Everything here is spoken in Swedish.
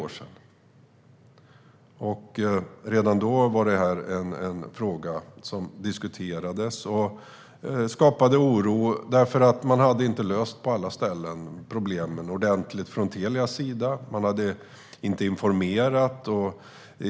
Redan då diskuterades frågan, och den skapade oro eftersom Telia inte hade löst problemen ordentligt på alla ställen. Man hade till exempel inte informerat.